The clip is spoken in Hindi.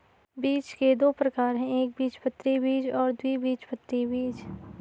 बीज के दो प्रकार है एकबीजपत्री बीज और द्विबीजपत्री बीज